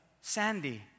sandy